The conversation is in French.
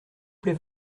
plait